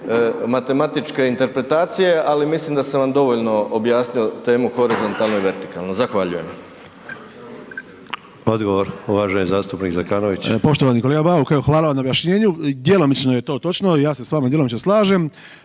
matematičke interpretacije ali mislim da sam vam dovoljno objasnio temu horizontalno i vertikalno. Zahvaljujem. **Sanader, Ante (HDZ)** Odgovor uvaženi Zekanović. **Zekanović, Hrvoje (HRAST)** Poštovani kolega Bauk, hvala na objašnjenju. Djelomično je to točno, ja se s vama djelomično slažem,